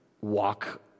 walk